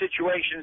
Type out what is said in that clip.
situations